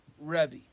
Rebbe